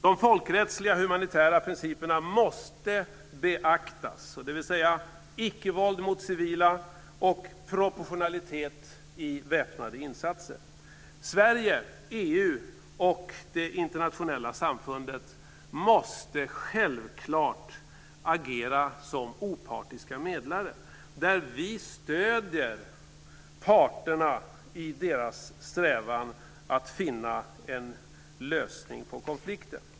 De folkrättsliga humanitära principerna måste beaktas, dvs. icke-våld mot civila och proportionalitet i väpnade insatser. Sverige, EU och det internationella samfundet måste självklart agera som opartiska medlare där vi stöder parterna i deras strävan att själva finna en lösning på konflikten.